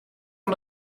van